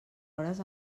hores